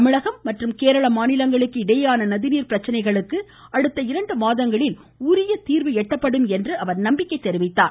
தமிழகம் மற்றும் கேரள மாநிலங்களுக்கு இடையேயான நதிநீர் பிரச்சனைகளுக்கு அடுத்த இரண்டு மாதத்திற்குள் உரிய தீர்வு எட்டப்படும் என்று குறிப்பிட்டார்